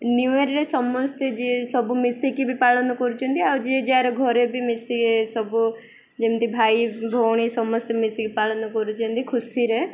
ନ୍ୟୁୟର୍ରେ ସମସ୍ତେ ଯିଏ ସବୁ ମିଶିକି ବି ପାଳନ କରୁଛନ୍ତି ଆଉ ଯିଏ ଯାହାର ଘରେ ବି ମିଶିକି ସବୁ ଯେମିତି ଭାଇ ଭଉଣୀ ସମସ୍ତେ ମିଶିକି ପାଳନ କରୁଛନ୍ତି ଖୁସିରେ